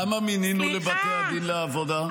כמה מינינו לבתי הדין לעבודה?